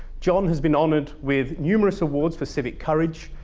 john has been honored with numerous awards for civic courage,